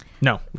No